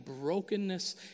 brokenness